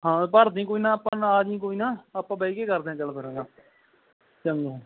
ਹਾਂ ਭਰ ਦੇਈਂ ਕੋਈ ਨਾ ਆਪਾਂ ਨਾਲ ਆ ਜਾਈਂ ਕੋਈ ਨਾ ਆਪਾਂ ਬਹਿ ਕੇ ਕਰਦੇ ਗੱਲ ਫਿਰ ਅੱਛਾ ਚੰਗਾ